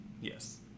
yes